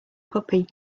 puppy